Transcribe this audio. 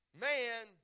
Man